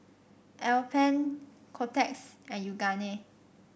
Alpen Kotex and Yoogane